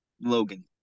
Logan